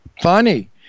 funny